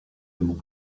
aimons